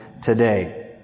today